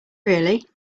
really